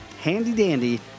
handy-dandy